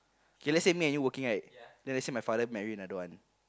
k let's say me and you working right then let's say my father marry another one